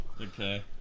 Okay